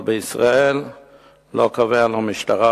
אבל בישראל לא קובעים לא המשטרה,